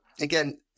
again